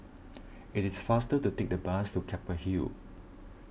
it is faster to take the bus to Keppel Hill